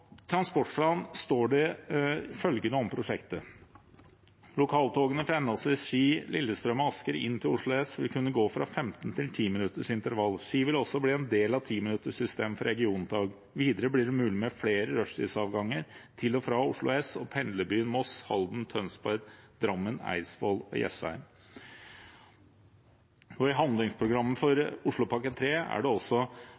transportplan står det følgende om prosjektet: «Lokaltogene fra henholdsvis Ski, Lillestrøm og Asker inn til Oslo S vil kunne gå fra femten- til timinuttersintervall. Ski vil også bli en del av timinutterssystemet for regiontog. Videre blir det mulig med flere rushtidsavganger til og fra Oslo S og pendlerbyene Moss, Halden, Tønsberg, Drammen, Eidsvoll og Jessheim.» I handlingsprogrammet